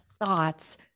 thoughts